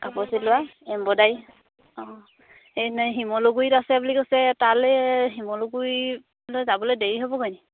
কাপোৰ চিলোৱা এমব্ৰইডাৰী অঁ এই ন এই শিমলগুৰিত আছে বুলি কৈছে তালৈ শিমলুগুৰিলৈ যাবলৈ দেৰি হ'বগৈ নি